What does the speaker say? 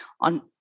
On